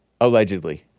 Allegedly